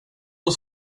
oss